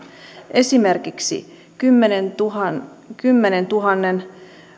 esimerkiksi kymmenentuhannen kymmenentuhannen